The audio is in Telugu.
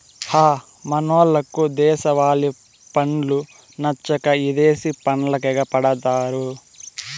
హ మనోళ్లకు దేశవాలి పండ్లు నచ్చక ఇదేశి పండ్లకెగపడతారు